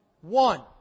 one